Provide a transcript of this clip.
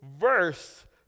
verse